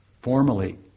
formally